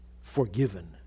forgiven